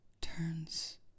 turns